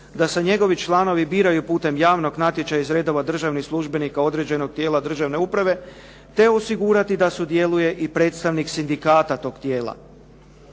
da se njegovi članovi biraju putem javnog natječaja iz redova državnih službenika određenog tijela državne uprave te osigurati da sudjeluje i predstavnik sindikata toga tijela.